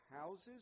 houses